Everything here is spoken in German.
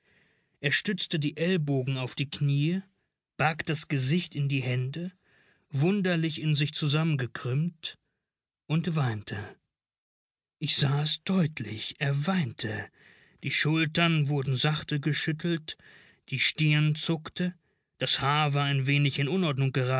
stützte die ellbogen auf die knie barg das gesicht in die hände wunderlich in sich